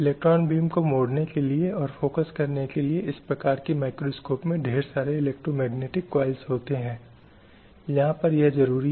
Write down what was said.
इन दोनों ने फिर से मानव अधिकारों के मुद्दे पर जोर दिया